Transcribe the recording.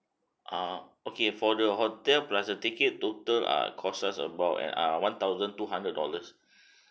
err okay for the hotel plus the ticket total ah cost us about eh ah one thousand two hundred dollars